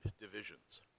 divisions